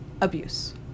abuse